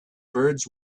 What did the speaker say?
birds